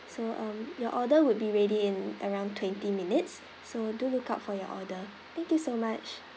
so um your order would be ready in around twenty minutes so do look out for your order thank you so much